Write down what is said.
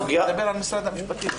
אני מדבר על משרד המשפטים.